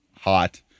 Hot